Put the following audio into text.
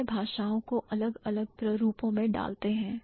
वह भाषाओं को अलग अलग प्रारूपों में डालते हैं